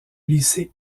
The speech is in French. lycée